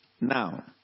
Now